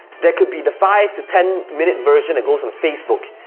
there could be the five to ten minute version that goes on facebook.